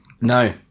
No